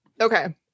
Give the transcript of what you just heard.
okay